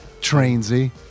Trainsy